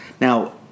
now